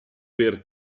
per